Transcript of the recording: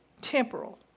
temporal